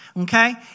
okay